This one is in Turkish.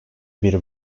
bir